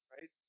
Right